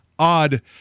Odd